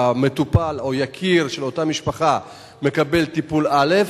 המטופל או יקיר של אותה משפחה מקבל טיפול א'